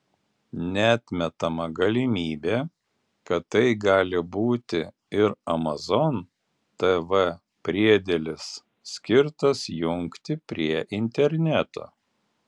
neatmetama galimybė kad tai gali būti ir amazon tv priedėlis skirtas jungti prie interneto